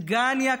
דגניה,